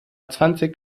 zwanzig